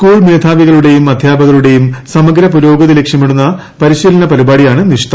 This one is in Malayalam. സ്കൂൾ മേധാവികളുടേയും അധ്യാപികരുടെയും സമഗ്ര പുരോഗതി ലക്ഷ്യമിടുന്ന പരിശീലന്ന് പരിപാടിയാണ് നിഷ്ത